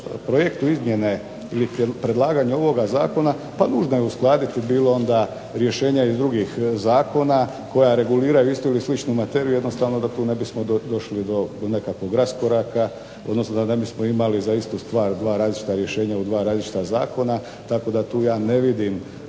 projektu izmjene ili predlaganju ovoga zakona, pa nužno je uskladiti bilo onda rješenja iz drugih zakona koja reguliraju istu ili sličnu materiju, jednostavno da tu ne bismo došli do nekakvog raskoraka, odnosno da ne bismo imali za istu stvar dva različita rješenja u dva različita zakona, tako da tu ja ne vidim